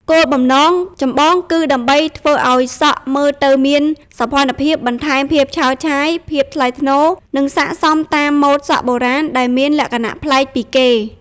គោលបំណងចម្បងគឺដើម្បីធ្វើឱ្យសក់មើលទៅមាន សោភ័ណភាព បន្ថែមភាពឆើតឆាយ ភាពថ្លៃថ្នូរ និងស័ក្តិសមតាម ម៉ូដសក់បុរាណ ដែលមានលក្ខណៈប្លែកពីគេ។